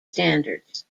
standards